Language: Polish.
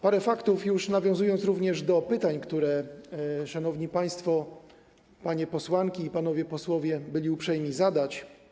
Parę faktów, nawiązując również do pytań, które szanowni państwo, panie posłanki i panowie posłowie, byli uprzejmi zadać.